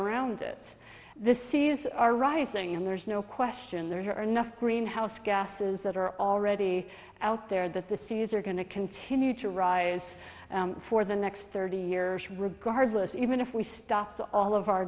around it this seas are rising and there's no question there are enough greenhouse gases that are already out there that the seas are going to continue to rise for the next thirty years regardless even if we stopped all of our